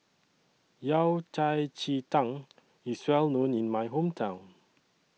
Yao Cai Ji Tang IS Well known in My Hometown